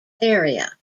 area